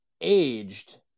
aged